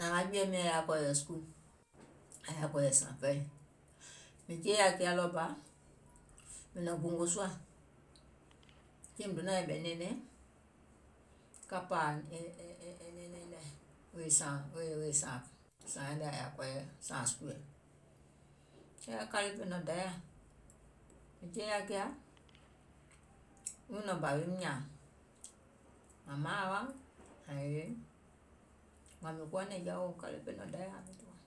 Aŋ jɔ̀ɛ̀ɛim nyȧŋ yaȧ kɔ̀ɔ̀yɛ̀ sùkuù, yaȧ kɔ̀ɔ̀yɛ̀ sȧȧŋ fɛi, mìŋ jeeȧ yȧ kiȧ ɗɔɔbà, mìŋ nɔ̀ŋ gòngò sùȧ diè mìŋ donȧŋ yɛ̀mɛ̀ nɛɛnɛŋ ka pȧȧwȧ e nɛɛnɛŋ nyiŋ nɛ̀ wèè sȧȧŋ sùkuùɛ, kɛɛ kȧle fè nɔŋ dayȧ, mìŋ jeȧ kiȧ nyùnɔ̀ɔŋ bȧ woim nyȧȧŋ wȧȧŋ mȧaŋ hȧwa, mìȧŋ èe, wȧȧŋ mìŋ kuwa nɛ̀ŋjɔa weèum aim miŋ tùȧŋ, tiŋ